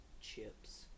Chips